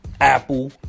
Apple